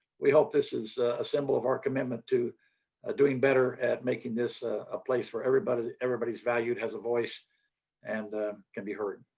we hope this is a symbol of our commitment to doing better at making this ah a place for everybody's everybody's value that has a voice and can be heard.